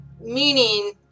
Meaning